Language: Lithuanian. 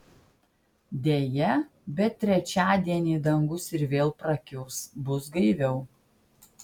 deja bet trečiadienį dangus ir vėl prakiurs bus gaiviau